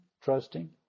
trusting